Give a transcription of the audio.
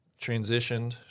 transitioned –